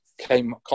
came